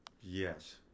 Yes